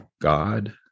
God